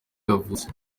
yavutse